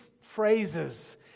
phrases